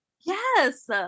Yes